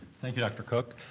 thank you, dr. cook.